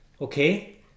Okay